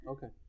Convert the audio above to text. Okay